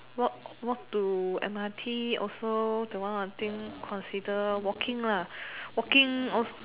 walk walk to M_R_T also the one of things consider walking lah walking also